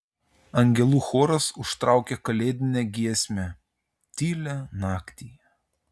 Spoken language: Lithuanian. angelų choras užtraukė kalėdinę giesmę tylią naktį